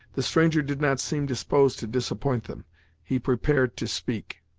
the stranger did not seem disposed to disappoint them he prepared to speak.